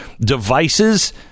devices